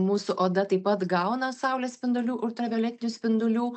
mūsų oda taip pat gauna saulės spindulių ultravioletinių spindulių